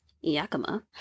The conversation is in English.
Yakima